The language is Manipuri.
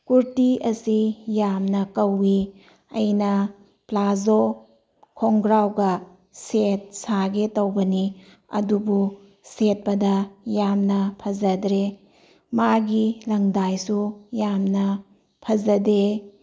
ꯀꯨꯔꯇꯤ ꯑꯁꯤ ꯌꯥꯝꯅ ꯀꯧꯏ ꯑꯩꯅ ꯄ꯭ꯂꯥꯖꯣ ꯈꯣꯡꯒ꯭ꯔꯥꯎꯒ ꯁꯦꯠ ꯁꯥꯒꯦ ꯇꯧꯕꯅꯤ ꯑꯗꯨꯕꯨ ꯁꯦꯠꯄꯗ ꯌꯥꯝꯅ ꯐꯖꯗ꯭ꯔꯦ ꯃꯥꯒꯤ ꯂꯪꯗꯥꯏꯁꯨ ꯌꯥꯝꯅ ꯐꯖꯗꯦ